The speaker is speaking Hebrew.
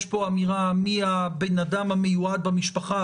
יש פה אמירה מי הבן אדם המיועד במשפחה,